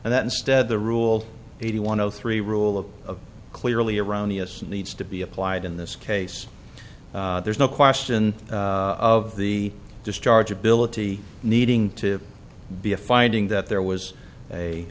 and that instead the rule eighty one zero three rule of a clearly erroneous needs to be applied in this case there's no question of the discharge ability needing to be a finding that there was a